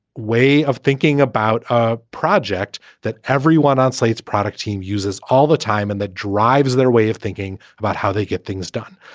way of thinking about a project that everyone on slate's product team uses all the time, and that drives their way of thinking. about how they get things done.